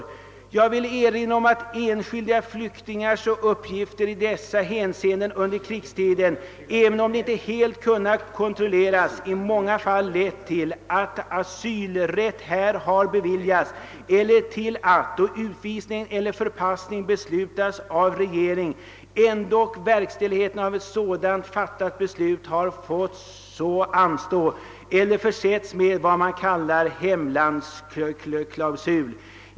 Jag vill erinra om att enskilda flyktingars uppgifter i dessa hänseenden under krigstiden, även om de icke kunnat kontrolleras, i många fall lett till att asylrätt här har beviljats eller till att, då utvisning eller förpassning beslutats av regeringen, ändock verkställigheten av ett sådant fattat beslut har fått anstå eller försetts med vad man kallar hemlandsklausul.